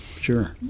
Sure